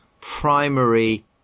primary